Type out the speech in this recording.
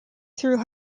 through